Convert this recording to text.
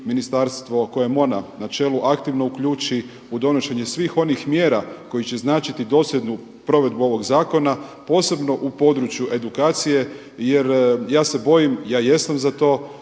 ministarstvo kojem je ona na čelu aktivno uključi u donošenje svih onih mjera koje će značiti dosljednu provedbu ovog zakona posebno u području edukacije jer ja se bojim, ja jesam za to